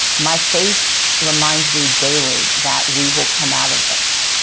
my faith reminds me daily that we will come out of this.